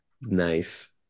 Nice